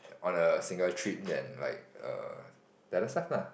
on a single trip then like uh the other stuff lah